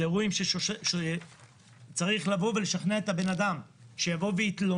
אלה אירועים שצריך לבוא ולשכנע את האדם שיתלונן.